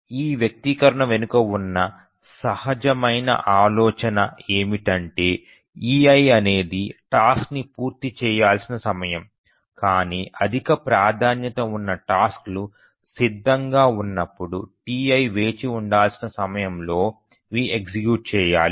ఈ వ్యక్తీకరణ వెనుక ఉన్న సహజమైన ఆలోచన ఏమిటంటేei అనేది టాస్క్ ని పూర్తి చేయాల్సిన సమయం కానీ అధిక ప్రాధాన్యత ఉన్న టాస్క్ లు సిద్ధంగా ఉన్నప్పుడు Ti వేచి ఉండాల్సిన సమయంలో అవి ఎగ్జిక్యూట్ చేయాలి